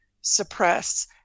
suppress